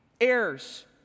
Heirs